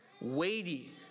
weighty